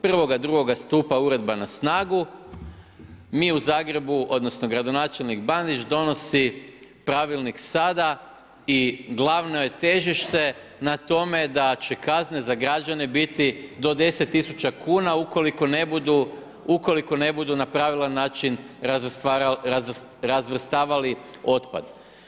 1.2. stupa uredba na snagu, mi u Zagrebu odnosno gradonačelnik Bandić donosi pravilnik sada i glavno je težište na tome da će kazne za građane biti do 10 000 kuna ukoliko ne budu na pravilan način razvrstavali otpad.